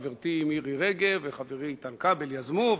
שחברתי מירי רגב וחברי איתן כבל יזמו,